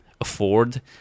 afford